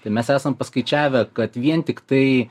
tai mes esam paskaičiavę kad vien tiktai